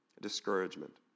Discouragement